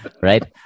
Right